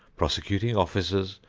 prosecuting officers,